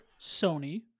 Sony